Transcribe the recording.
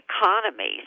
economies